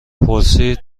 پرسید